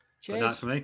Cheers